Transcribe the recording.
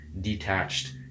detached